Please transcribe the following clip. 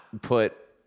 put